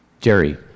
Jerry